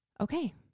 Okay